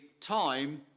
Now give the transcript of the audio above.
time